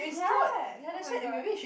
ya oh-my-god